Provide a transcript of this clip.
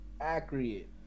Accurate